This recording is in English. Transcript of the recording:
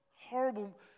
horrible